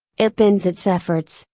it bends its efforts,